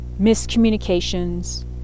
miscommunications